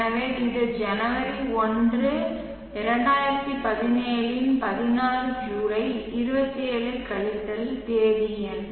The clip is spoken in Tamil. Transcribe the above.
எனவே இது ஜனவரி 1 2017 இன் 16 ஜூலை 27 கழித்தல் தேதி எண்